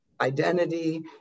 identity